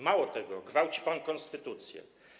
Mało tego, gwałci pan konstytucję.